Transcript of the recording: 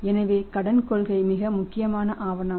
எனவே கடன் கொள்கை மிக முக்கியமான ஆவணம்